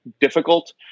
difficult